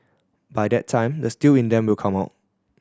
by that time the steel in them will come out